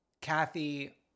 Kathy